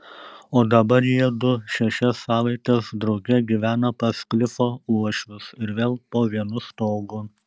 o dabar jiedu šešias savaites drauge gyvena pas klifo uošvius ir vėl po vienu stogu